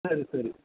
ಸರಿ ಸರಿ